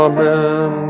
Amen